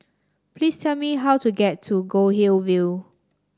please tell me how to get to Goldhill View